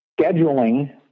scheduling